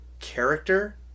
character